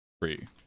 free